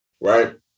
right